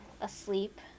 asleep